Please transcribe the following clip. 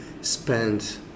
spend